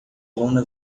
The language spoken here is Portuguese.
lona